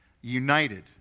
united